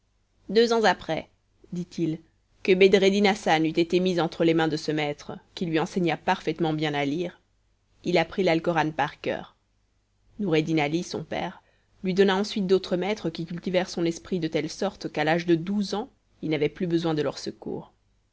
deux ans après dit-il que bedreddin hassan eut été mis entre les mains de ce maître qui lui enseigna parfaitement bien à lire il apprit l'alcoran par coeur noureddin ali son père lui donna ensuite d'autres maîtres qui cultivèrent son esprit de telle sorte qu'à l'âge de douze ans il n'avait plus besoin de leurs secours